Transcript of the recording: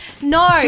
No